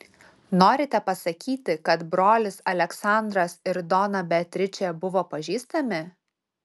norite pasakyti kad brolis aleksandras ir dona beatričė buvo pažįstami